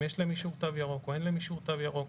אם יש להם אישור תו ירוק או אין להם אישור תו ירוק.